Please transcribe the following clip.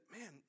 man